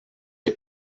les